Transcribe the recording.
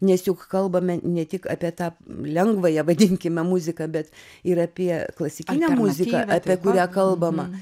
nes juk kalbame ne tik apie tą lengvąją vadinkime muziką bet ir apie klasikinę muziką apie kurią kalbama